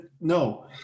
no